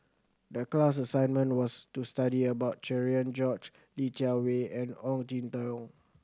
the class assignment was to study about Cherian George Li Jiawei and Ong Jin Teong